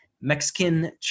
Mexican